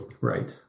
right